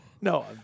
No